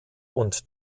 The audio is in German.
und